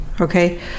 okay